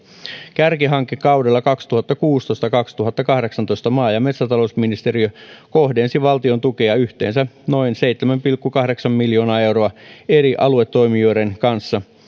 kärkihankekaudella kaksituhattakuusitoista viiva kaksituhattakahdeksantoista maa ja metsätalousministeriö kohdensi valtion tukea yhteensä noin seitsemän pilkku kahdeksan miljoonaa euroa eri aluetoimijoiden kanssa